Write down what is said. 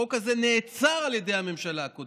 החוק הזה נעצר על ידי הממשלה הקודמת.